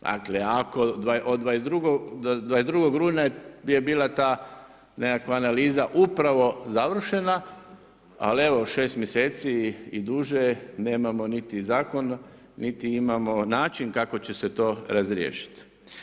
Dakle 22. rujna je bila ta nekakva analiza upravo završena, ali evo šest mjeseci i duže nemamo niti zakona niti imamo način kako će se to razriješiti.